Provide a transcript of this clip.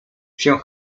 się